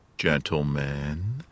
Gentlemen